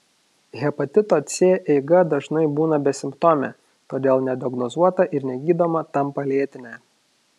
hepatito c eiga dažnai būna besimptomė todėl nediagnozuota ir negydoma tampa lėtine